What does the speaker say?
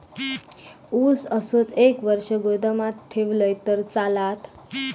ऊस असोच एक वर्ष गोदामात ठेवलंय तर चालात?